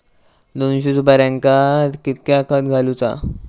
दोनशे सुपार्यांका कितक्या खत घालूचा?